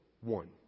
one